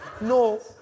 No